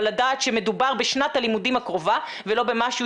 אבל לדעת שמדובר בשנת הלימודים הקרובה ולא במשהו